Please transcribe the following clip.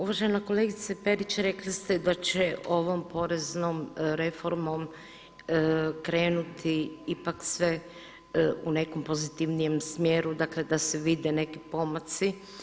Uvažena kolegice Perić rekli ste da će ovom poreznom reformom krenuti ipak sve u nekom pozitivnijem smjeru, dakle da se vide neki pomaci.